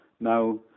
Now